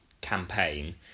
campaign